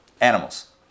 animals